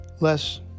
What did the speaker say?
less